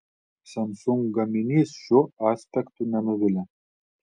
samsung gaminys šiuo aspektu nenuvilia